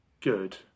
good